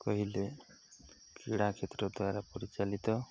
କହିଲେ କ୍ରୀଡ଼ା କ୍ଷେତ୍ର ଦ୍ୱାରା ପରିଚାଳିତ